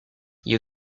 you